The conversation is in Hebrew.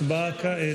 הצבעה כעת.